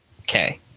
Okay